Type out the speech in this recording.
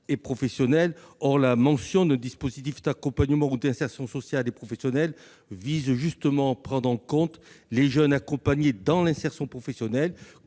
professionnelle. Or la mention d'un dispositif d'accompagnement ou d'insertion sociale et professionnelle a justement pour objet de prendre en compte les jeunes accompagnés dans l'insertion professionnelle,